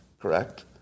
Correct